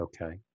Okay